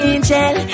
Angel